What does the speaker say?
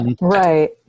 Right